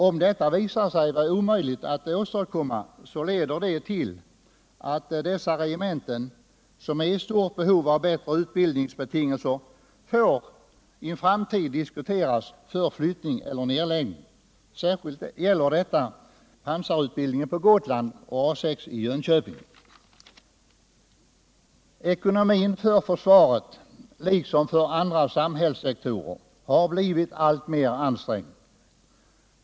Om detta visar sig vara omöjligt att åstadkomma, så leder det till att man för dessa regementen, som är i stort behov av bättre utbildningsbetingelser, får diskutera flyttning eller nedläggning. Särskilt gäller det pansarutbildningen på Gotland och utbildningen vid A 6 i Jönköping. Ekonomin för försvaret liksom för andra samhällssektorer har blivit alltmer ansträngd.